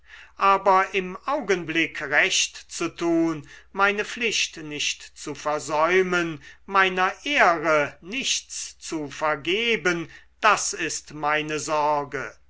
aber im augenblick recht zu tun meine pflicht nicht zu versäumen meiner ehre nichts zu vergeben das ist meine sorge